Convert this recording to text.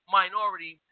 minority